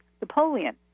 Napoleon